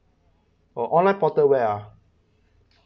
orh online portal where ah